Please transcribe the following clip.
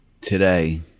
today